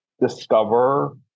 discover